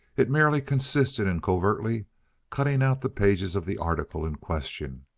it merely consisted in covertly cutting out the pages of the article in question.